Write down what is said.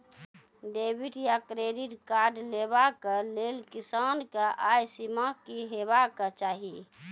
Debit या credit card लेवाक लेल किसानक आय सीमा की हेवाक चाही?